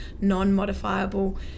non-modifiable